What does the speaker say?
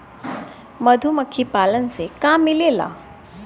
मधुमखी पालन से का मिलेला?